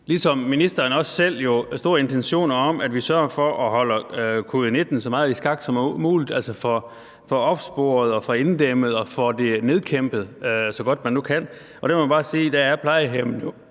jo som ministeren mange intentioner om, at vi sørger for at holde covid-19 så meget i skak som muligt, altså får smitten opsporet, inddæmmet og nedkæmpet så godt, som man nu kan. Der må man bare sige, at plejehjemmene,